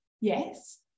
yes